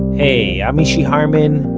hey, i'm mishy harman,